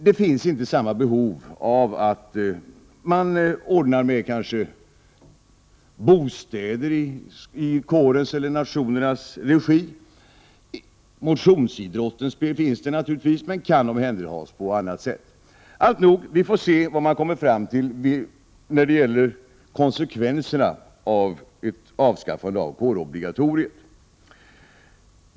Det finns numera inte samma behov som tidigare av att man ordnar med t.ex. bostäder i kårens eller nationens regi. Motionsidrotten finns naturligtvis, men den kan skötas på annat sätt. Alltnog: vi får se vilka konsekvenser som ett avskaffande av kårobligatoriet får.